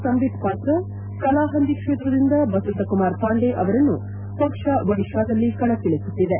ಸಂಬಿತ್ ಪಾತ್ರ ಕಲಾಹಂದಿ ಕ್ಷೇತ್ರದಿಂದ ಬಸಂತ ಕುಮಾರ್ ಪಾಂಡೆ ಅವರನ್ನು ಪಕ್ಷ ಒಡಿತಾದಲ್ಲಿ ಕಣಕ್ಕಿಳಿಸುತ್ತಿದೆ